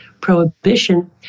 prohibition